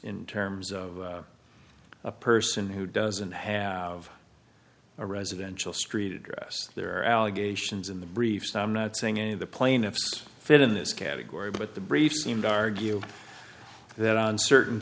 in terms of a person who doesn't have a residential street address there are allegations in the briefs i'm not saying any of the plaintiffs fit in this category but the brief seemed argue that on certain